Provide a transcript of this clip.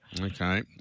Okay